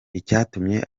icyatumye